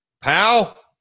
Pal